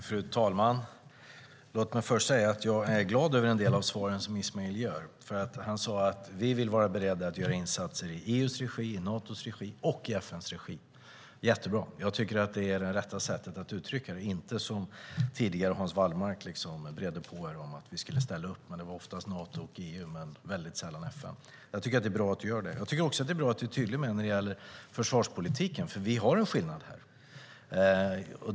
Fru talman! Låt mig först säga att jag är glad över en del av de svar som Ismail ger. Han sade: Vi vill vara beredda att göra insatser i EU:s regi, i Natos regi och i FN:s regi. Det är jättebra. Jag tycker att det är det rätta sättet att uttrycka det och inte som Hans Wallmark här tidigare när han bredde på med att vi skulle ställa upp men att det oftast skulle vara Nato och EU men väldigt sällan FN. Det bra att du säger det. Det är också bra att du är tydlig med försvarspolitiken. Vi har en skillnad här.